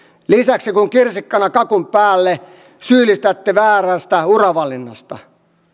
lisäksi kuin kirsikkana kakun päälle syyllistätte väärästä uravalinnasta